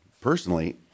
Personally